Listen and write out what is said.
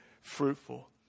fruitful